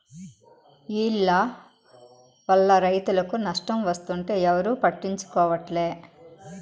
ఈల్ల వల్ల రైతులకు నష్టం వస్తుంటే ఎవరూ పట్టించుకోవట్లే